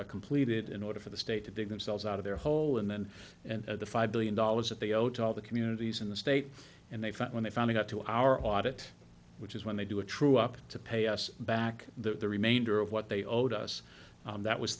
was completed in order for the state to dig themselves out of their hole and then and the five billion dollars that they owed to all the communities in the state and they found when they finally got to our audit which is when they do a true up to pay us back the remainder of what they owed us that was